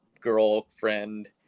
girlfriend